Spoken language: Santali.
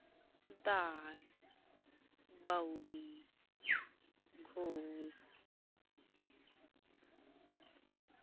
ᱫᱟᱥ ᱵᱟᱣᱨᱤ ᱜᱷᱳᱥ